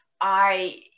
I-